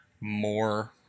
more